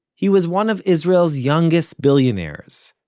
he was one of israel's youngest billionaires,